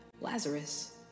Lazarus